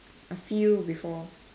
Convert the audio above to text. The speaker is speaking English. a few before